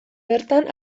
hartan